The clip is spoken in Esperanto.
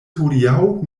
hodiaŭ